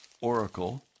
oracle